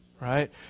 right